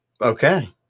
Okay